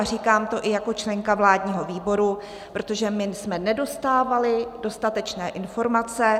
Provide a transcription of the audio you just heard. A říkám to i jako členka vládního výboru, protože my jsme nedostávali dostatečné informace.